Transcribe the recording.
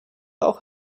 auch